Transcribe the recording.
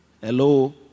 Hello